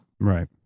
Right